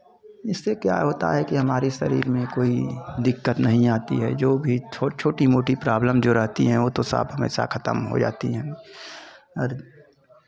इससे क्या होता है कि हमारी शरीर में कोई दिक्कत नहीं आती है जो भी छो छोटी मोटी प्रॉब्लम जो रहती है वो तो साफ हमेशा खतम हो जाती हैं और